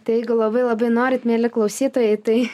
tai jeigu labai labai norit mieli klausytojai tai